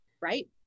right